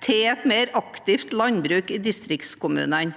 til et mer aktivt landbruk i distriktskommunene.